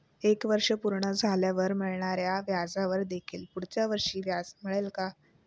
एक वर्ष पूर्ण झाल्यावर मिळणाऱ्या व्याजावर देखील पुढच्या वर्षी व्याज मिळेल का?